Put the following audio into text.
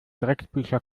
drecksbücher